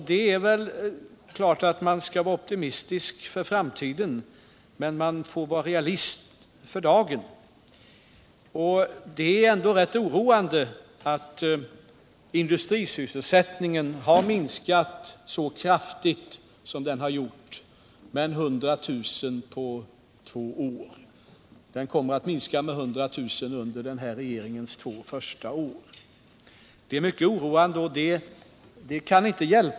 Det är klart att man bör vara optimistisk inför framtiden, men man skall ju också vara realist för dagen. Det är ändå rätt oroande att industrisysselsättningen har minskat så kraftigt som den har gjort, dvs. med 100 000 jobb under den här regeringens två första år. Detta är mycket oroande.